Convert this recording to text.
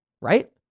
Right